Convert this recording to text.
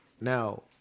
Now